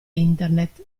internet